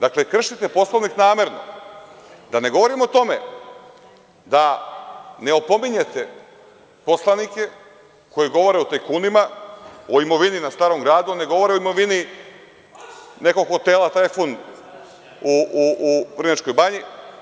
Dakle, kršite Poslovnik namerno, da ne govorim o tome da ne opominjete poslanike koji govore o tajkunima, o imovini na starom gradu, ne govorim o imovini nekog hotela tajfun u Vrnjačkoj Banji.